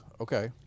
Okay